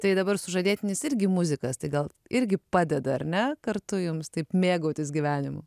tai dabar sužadėtinis irgi muzikas tai gal irgi padeda ar ne kartu jums taip mėgautis gyvenimu